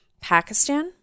Pakistan